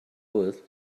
wood